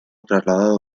trasladado